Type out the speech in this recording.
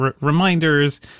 reminders